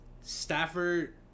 Stafford